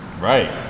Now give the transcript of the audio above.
Right